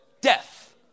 Death